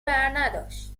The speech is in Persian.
برنداشت